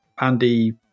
Andy